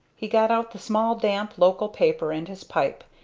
he got out the small damp local paper and his pipe,